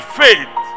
faith